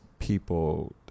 people